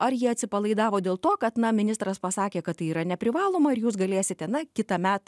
ar ji atsipalaidavo dėl to kad na ministras pasakė kad tai yra neprivaloma ir jūs galėsite na kitąmet